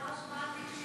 וכמה זמן ביבי נחקר,